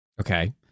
Okay